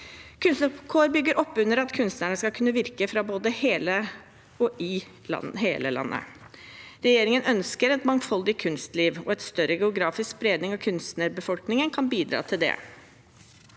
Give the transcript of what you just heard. Kunstnarkår bygger oppunder at kunstnere skal kunne virke både fra og i hele landet. Regjeringen ønsker et mangfoldig kunstliv, og en større geografisk spredning av kunstnerbefolkningen kan bidra til det.